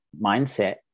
mindset